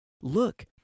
look